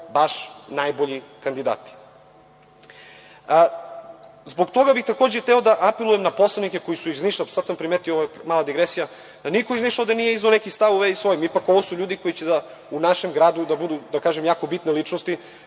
baš najbolji kandidati. Zbog toga bih takođe hteo da apelujem na poslanike koji su iz Niša, sada sam primetio, ovo je mala digresija, da niko iz Niša ovde nije izneo neke stavove, ipak ovo su ljudi koji će u našem gradu da budu, da kažem, jako bitne ličnosti.